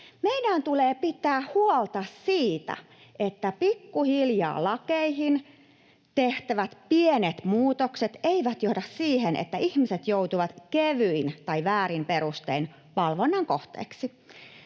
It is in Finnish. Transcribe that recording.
Meidän tulee pitää huolta siitä, että pikkuhiljaa lakeihin tehtävät pienet muutokset eivät johda siihen, että ihmiset joutuvat kevyin tai väärin perustein valvonnan kohteiksi.